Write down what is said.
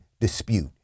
dispute